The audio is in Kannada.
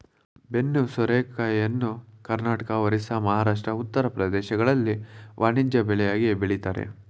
ಬೆನ್ನು ಸೋರೆಕಾಯಿಯನ್ನು ಕರ್ನಾಟಕ, ಒರಿಸ್ಸಾ, ಮಹಾರಾಷ್ಟ್ರ, ಉತ್ತರ ಪ್ರದೇಶ ರಾಜ್ಯಗಳಲ್ಲಿ ವಾಣಿಜ್ಯ ಬೆಳೆಯಾಗಿ ಬೆಳಿತರೆ